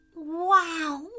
Wow